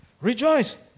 Rejoice